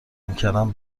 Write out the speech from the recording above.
میکردم